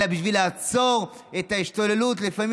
אלא בשביל לעצור את ההשתוללות לפעמים